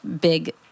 big